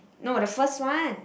no the first one